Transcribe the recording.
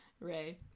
Ray